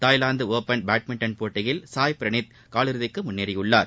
Thailand open badminton போட்டியில் இந்தியாவின் சாய் பிரனீத் காலிறுதிக்கு முன்னேறியுள்ளார்